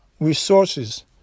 resources